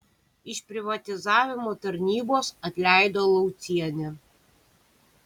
iš privatizavimo tarnybos atleido laucienę